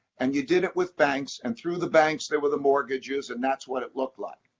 and you did it with banks, and through the banks, there were the mortgages, and that's what it looked like.